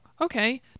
okay